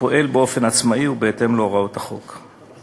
הפועל באופן עצמאי ובהתאם להוראות החוק.